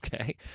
okay